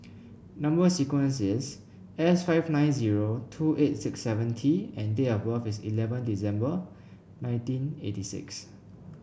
number sequence is S five nine zero two eight six seven T and date of birth is eleven December nineteen eighty six